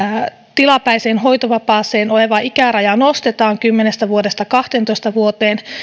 tilapäiseen hoitovapaaseen oikeuttava ikäraja nostetaan kymmenestä vuodesta kaksitoista vuoteen